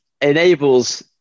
enables